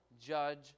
judge